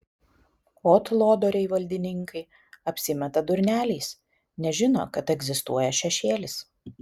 ot lodoriai valdininkai apsimeta durneliais nežino kad egzistuoja šešėlis